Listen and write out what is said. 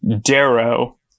Darrow